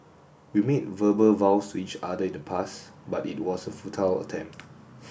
we made verbal vows to each other in the past but it was a futile attempt